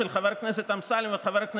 על מי אתם עובדים?